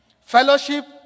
Fellowship